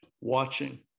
watching